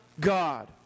God